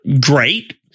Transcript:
great